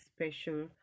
special